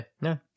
No